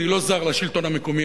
אני לא זר לשלטון המקומי,